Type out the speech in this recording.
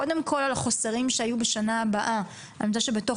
קודם כל על החוסרים שהיו בשנה הבאה-אני רוצה שבתוך